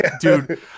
dude